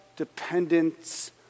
dependence